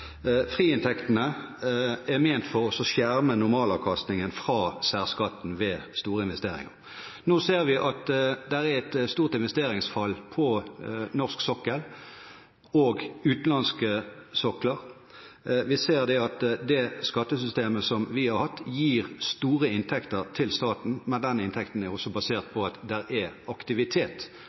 er ment for å skjerme normalavkastningen fra særskatten ved store investeringer. Nå ser vi at det er et stort investeringsfall på norsk sokkel og utenlandske sokler. Vi ser at det skattesystemet som vi har hatt, gir store inntekter til staten, men den inntekten er også basert på at det er aktivitet